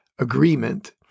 agreement